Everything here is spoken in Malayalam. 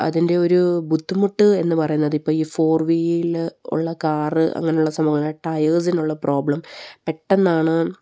അതിൻ്റെ ഒരു ബുദ്ധിമുട്ട് എന്ന് പറയുന്നത് ഇപ്പം ഈ ഫോർ വീല് ഉള്ള കാറ് അങ്ങനെയുള്ള സംഭവങ്ങൾ ടയേഴ്സിനുള്ള പ്രോബ്ലം പെട്ടെന്നാണ്